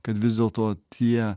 kad vis dėlto tie